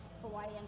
Hawaiian